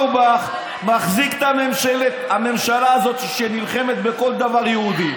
אורבך מחזיק את הממשלה הזאת שנלחמת בכל דבר יהודי,